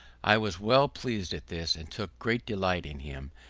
i was well pleased at this, and took great delight in him,